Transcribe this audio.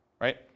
right